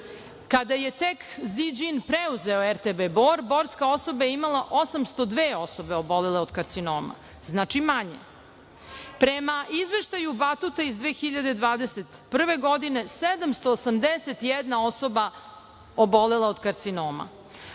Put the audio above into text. kada je tek Ziđin preuzeo RTB Bor, borska oblast je imala 802 osobe obolele od karcinoma, znači manje. Prema izveštaju Batuta iz 2021. godine 781 osoba obolela od karcinoma,